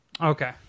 Okay